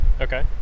Okay